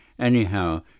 Anyhow